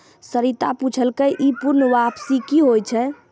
सरिता पुछलकै ई पूर्ण वापसी कि होय छै?